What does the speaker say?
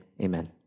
Amen